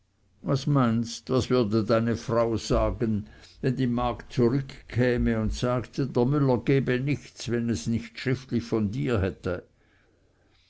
was meinst was würde deine frau sagen wenn die magd zurückkäme und sagte der müller gebe nichts wenn er es nicht schriftlich von dir hätte